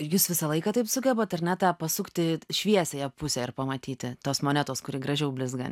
jūs visą laiką taip sugebat ar ne tą pasukti šviesiąją pusę ir pamatyti tos monetos kuri gražiau blizga